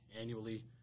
annually